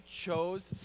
chose